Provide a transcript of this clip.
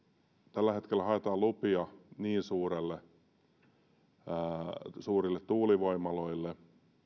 tällä hetkellä haetaan lupia suurille tuulivoimaloille